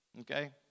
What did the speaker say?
Okay